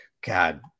God